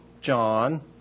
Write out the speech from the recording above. John